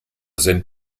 sind